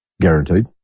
Guaranteed